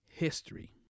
history